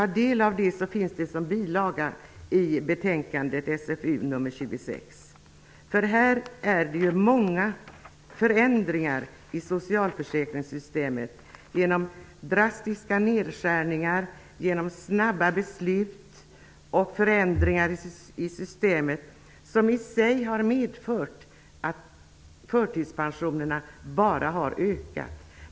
Den finns som en bilaga till betänkandet där man kan ta del av den. Det har varit många ändringar i socialförsäkringssystemet genom drastiska nedskärningar och snabba beslut som i sig har medfört att förtidspensionerna bara har ökat.